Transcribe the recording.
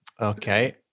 Okay